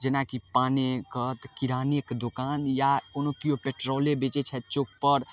जेना कि पानेके तऽ किरानेके दोकान या कोनो केओ पेट्रोले बेचै छथि चौकपर